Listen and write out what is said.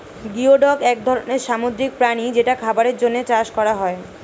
geoduck এক ধরনের সামুদ্রিক প্রাণী যেটা খাবারের জন্যে চাষ করা হয়